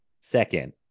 second